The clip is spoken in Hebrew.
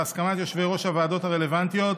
בהסכמת יושבי-ראש הוועדות הרלוונטיות,